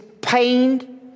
pained